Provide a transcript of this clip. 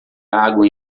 água